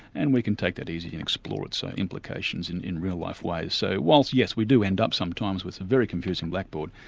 and we can take that easy and explore its implications, and in real life ways. so whilst yes, we do end up sometimes with a very confusing blackboard,